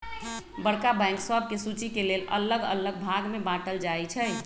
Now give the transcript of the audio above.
बड़का बैंक सभके सुचि के लेल अल्लग अल्लग भाग में बाटल जाइ छइ